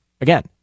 again